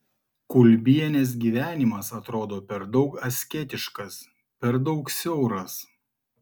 kulbienės gyvenimas atrodo per daug asketiškas per daug siauras